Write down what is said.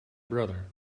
brother